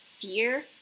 fear